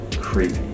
creepy